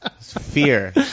Fear